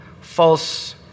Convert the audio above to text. false